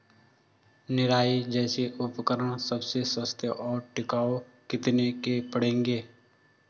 निराई जैसे उपकरण सबसे सस्ते और टिकाऊ कितने के पड़ेंगे?